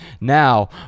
Now